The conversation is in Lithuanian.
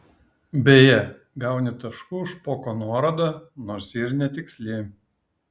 beje gauni taškų už špoko nuorodą nors ji ir netiksli